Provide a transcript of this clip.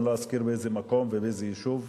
אני לא אזכיר באיזה מקום ובאיזה יישוב,